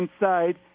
inside